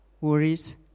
worries